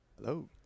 Hello